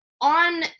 on